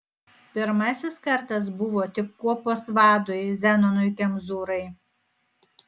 pirmasis kartas buvo tik kuopos vadui zenonui kemzūrai